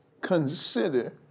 consider